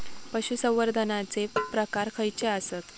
पशुसंवर्धनाचे प्रकार खयचे आसत?